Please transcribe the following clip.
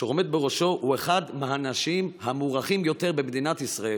אשר העומד בראשו הוא אחד מהאנשים המוערכים ביותר במדינת ישראל,